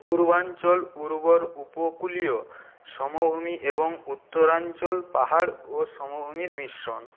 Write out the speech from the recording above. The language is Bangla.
পূর্বাঞ্চল উর্বর উপকূলীয় সমভূমি এবং উত্তরাঞ্চল পাহাড় ও সমভূমির মিশ্রণ